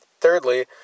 Thirdly